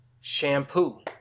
shampoo